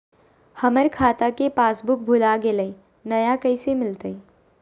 हमर खाता के पासबुक भुला गेलई, नया कैसे मिलतई?